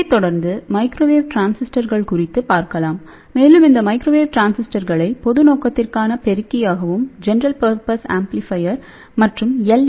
இதைத் தொடர்ந்து மைக்ரோவேவ் டிரான்சிஸ்டர்கள் குறித்து பார்க்கலாம் மேலும் இந்த மைக்ரோவேவ் டிரான்சிஸ்டர்களை பொது நோக்கத்திற்கான பெருக்கி ஆகவும் மற்றும் எல்